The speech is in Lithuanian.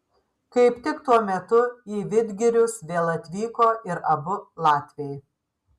kaip tik tuo metu į vidgirius vėl atvyko ir abu latviai